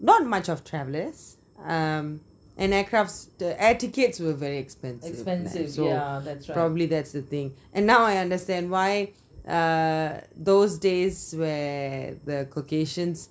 not much of travellers um and aircrafts the air tickets were very expensive so probably that's the thing and now I understand why uh those days where the caucasians